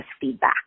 feedback